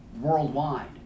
worldwide